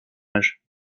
âge